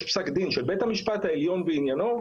פסק דין של בית המשפט העליון בעניינו,